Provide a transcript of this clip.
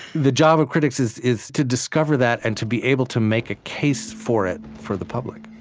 the job of critics is is to discover that and to be able to make a case for it, for the public